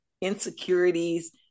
insecurities